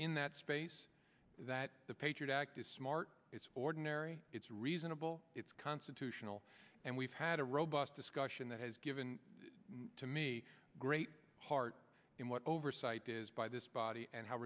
in that space that the patriot act is smart it's ordinary it's reasonable it's constitutional and we've had a robust discussion that has given to me a great part in what oversight is by this body and how